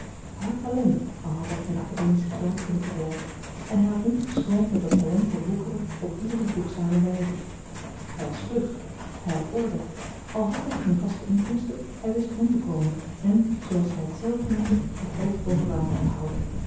had talent al had hij geen academischen graad kunnen verwerven en hij had niet geschroomd met dat talent te woekeren op iedere voegzame wijze hij was vlug hij had orde al had hij geene vaste inkomsten hij wist rond te komen en zooals hij het zelf noemde het hoofd boven water te houden